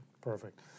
perfect